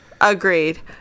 Agreed